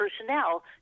personnel